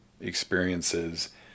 experiences